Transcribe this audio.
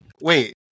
wait